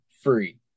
free